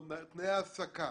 תנאי ההעסקה